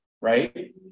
right